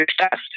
success